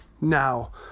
Now